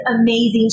amazing